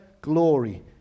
glory